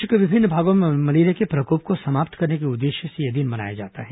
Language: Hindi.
विश्व के विभिन्न भागों में मलेरिया के प्रकोप को समाप्त करने के उद्देश्य से यह दिन मनाया जाता है